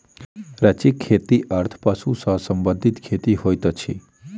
ranching खेतीक अर्थ पशु सॅ संबंधित खेती होइत अछि